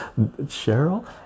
Cheryl